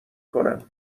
کنم